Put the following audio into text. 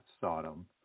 Sodom